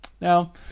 Now